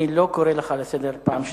אני לא קורא אותך לסדר פעם שנייה.